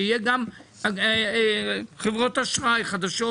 שיהיו גם חברות אשראי חדשות,